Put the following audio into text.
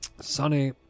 Sunny